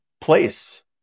place